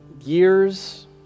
years